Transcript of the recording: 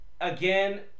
Again